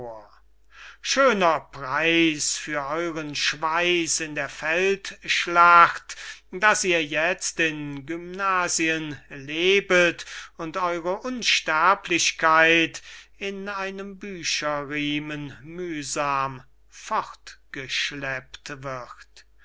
schöner preiß für euren schweiß in der feldschlacht daß ihr jetzt in gymnasien lebet und eure unsterblichkeit in einem bücherriemen mühsam fortgeschleppt wird